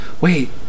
wait